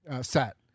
Set